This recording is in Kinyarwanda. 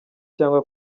cyangwa